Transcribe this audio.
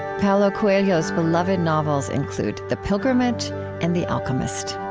paulo coelho's beloved novels include the pilgrimage and the alchemist